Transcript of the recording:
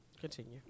Continue